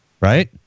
right